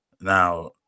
Now